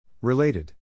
Related